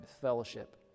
fellowship